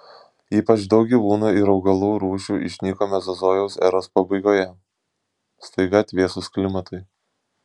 ypač daug gyvūnų ir augalų rūšių išnyko mezozojaus eros pabaigoje staiga atvėsus klimatui